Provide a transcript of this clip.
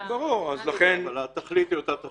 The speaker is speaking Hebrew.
--- אבל התכלית היא אותה תכלית.